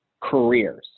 careers